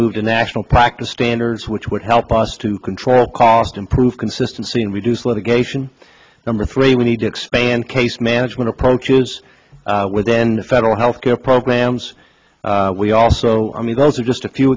move to national practice standards which would help us to control cost improve consistency and reduce litigation number three we need to expand case management approaches within the federal health care programs we also i mean those are just a few